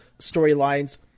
storylines